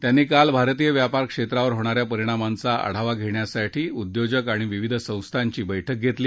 त्यांनी काल भारतीय व्यापाऱ क्षेत्रावर होणाऱ्या परिणामांचा आढावा घेण्यासाठी उद्योजक आणि विविध संस्थांची बळु घेतली